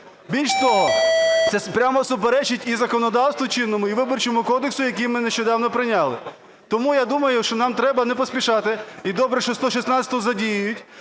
Більше того, це прямо суперечить і законодавству чинному, і Виборчому кодексу, який ми нещодавно прийняли. Тому я думаю, що нам треба не поспішати, і добре, що 116-у задіють,